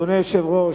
אדוני היושב-ראש,